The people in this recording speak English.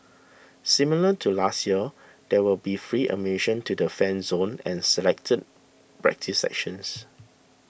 similar to last year there will be free admission to the Fan Zone and selected practice sessions